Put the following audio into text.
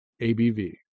ABV